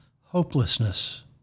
hopelessness